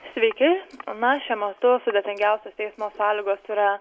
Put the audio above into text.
sveiki na šiuo metu sudėtingiausios eismo sąlygos yra